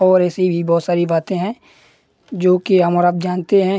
और ऐसी भी बहुत सारी बातें हैं जो कि हम और आप जानते हैं